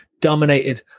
dominated